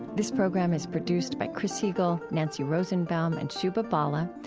this program is produced by chris heagle, nancy rosenbaum, and shubha bala.